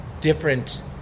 different